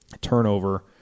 turnover